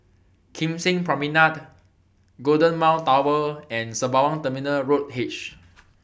Kim Seng Promenade Golden Mile Tower and Sembawang Terminal Road H